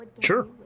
sure